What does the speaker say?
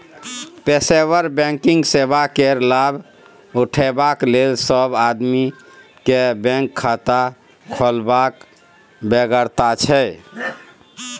पेशेवर बैंकिंग सेवा केर लाभ उठेबाक लेल सब आदमी केँ बैंक खाता खोलबाक बेगरता छै